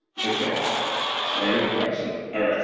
okay starting with a question, all right.